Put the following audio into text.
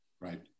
Right